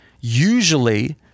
usually